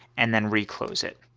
and then re-close it